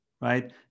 right